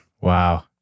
Wow